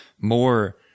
more